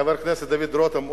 חבר הכנסת דוד רותם,